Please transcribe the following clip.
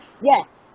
yes